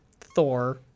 Thor